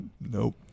nope